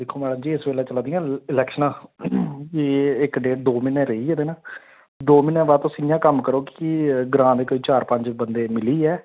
दिक्खो मैडम जी इस बेल्ले चला दियां इलेक्शना इयै इक डेढ़ दो म्हीने रेही गेदे ना दो म्हीने दे बाद तुस इयां कम्म करो कि ग्रां दे कोई चार पंज बंदे मिलियै